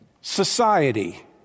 Society